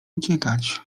uciekać